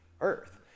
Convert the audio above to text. earth